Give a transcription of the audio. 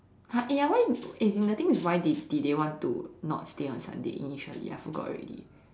!huh! eh ya why as in the thing is why did did they want to not stay on Sunday initially I forgot already